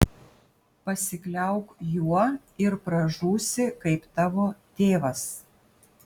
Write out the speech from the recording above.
pasikliauk juo ir pražūsi kaip tavo tėvas